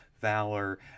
valor